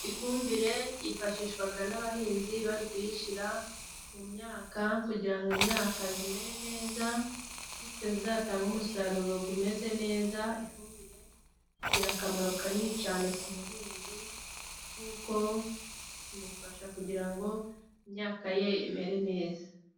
Ifumbire yifashishwa n'abahinzi bari kuyishyira mu myaka, kugira ngo imyaka imere neza, bityo izatange umusaruro umeze neza, ifumbire igira akamaro kanini cyane ku muhinzi, kuko imufasha kugira ngo imyaka ye imere neza.